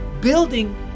building